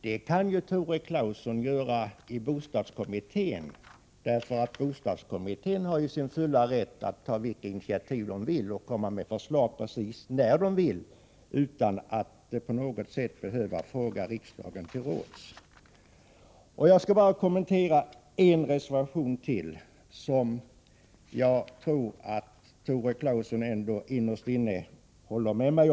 Det kan ju Tore Claeson själv verka för i kommittén, för den har sin fulla rätt att ta vilka initiativ den vill och komma med förslag precis när den vill, utan att på något sätt behöva fråga riksdagen till råds. Jag skall bara kommentera en reservation till. Jag tror att Tore Claeson innerst inne håller med mig.